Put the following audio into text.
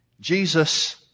Jesus